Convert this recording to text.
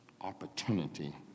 opportunity